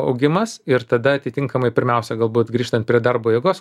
augimas ir tada atitinkamai pirmiausia galbūt grįžtan prie darbo jėgos